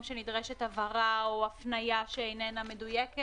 שנדרשת הבהרה או הפניה שאיננה מדויקת.